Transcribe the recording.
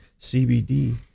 CBD